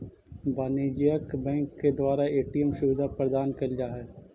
वाणिज्यिक बैंक के द्वारा ए.टी.एम सुविधा प्रदान कैल जा हइ